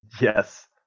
Yes